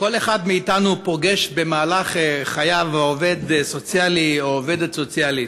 כל אחד מאתנו פוגש במהלך חייו עובד סוציאלי או עובדת סוציאלית.